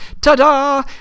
Ta-da